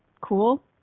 Cool